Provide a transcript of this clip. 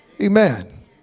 Amen